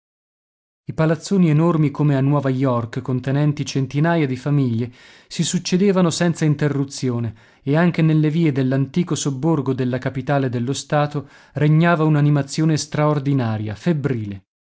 i palazzoni enormi come a nuova york contenenti centinaia di famiglie si succedevano senza interruzione e anche nelle vie dell'antico sobborgo della capitale dello stato regnava un'animazione straordinaria febbrile